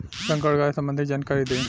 संकर गाय सबंधी जानकारी दी?